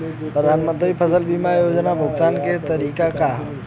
प्रधानमंत्री फसल बीमा योजना क भुगतान क तरीकाका ह?